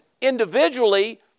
individually